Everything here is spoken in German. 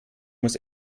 muss